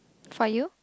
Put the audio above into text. for you